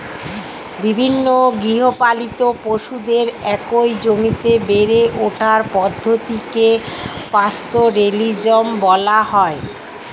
বিভিন্ন গৃহপালিত পশুদের একই জমিতে বেড়ে ওঠার পদ্ধতিকে পাস্তোরেলিজম বলা হয়